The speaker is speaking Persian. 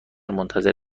منتظر